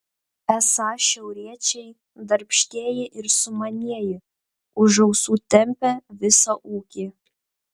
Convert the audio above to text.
esą šiauriečiai darbštieji ir sumanieji už ausų tempią visą ūkį